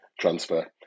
transfer